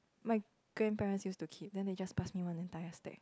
my grandparents used to keep then they just pass me one entire stack